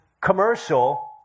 commercial